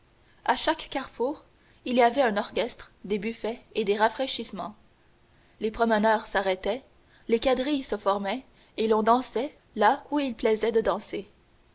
à chaque carrefour il y avait un orchestre des buffets et des rafraîchissements les promeneurs s'arrêtaient les quadrilles se formaient et l'on dansait là où il plaisait de danser